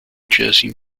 jersey